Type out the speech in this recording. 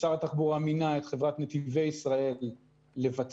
שר התחבורה מינה את חברת נתיבי ישראל לבצע